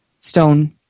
Stone